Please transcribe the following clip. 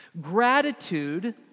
Gratitude